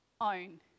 own